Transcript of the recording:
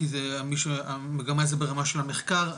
כי מגמה זה ברמה של המחקר,